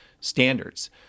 standards